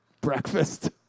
breakfast